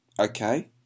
okay